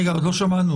רגע, עוד לא שמענו.